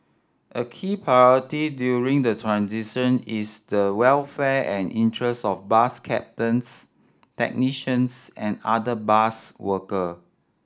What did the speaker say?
a key priority during the transition is the welfare and interest of bus captains technicians and other bus worker